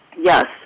Yes